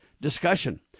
discussion